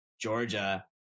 Georgia